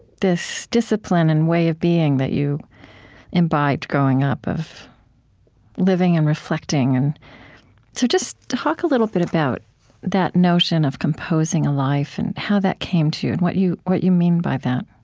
this discipline and way of being that you imbibed, growing up, of living and reflecting. so just talk a little bit about that notion of composing a life and how that came to you and what you what you mean by that